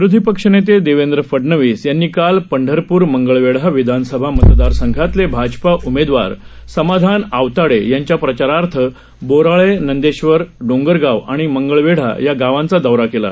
विरोधी पक्षनेते देवेंद्र फडनवीस यांनी काल पंढरपूर मंगळवेढा विधानसभा मतदारसंघातले भाजपा उमेदवार समाधान आवताडे यांच्या प्रचारार्थ बोराळे नंदेश्वर डोंगरगाव आणि मंगळवेढा या गावांचा दौरा केला